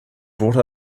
brought